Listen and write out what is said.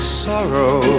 sorrow